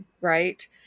right